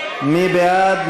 מי בעד?